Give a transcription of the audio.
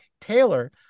Taylor